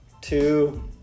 two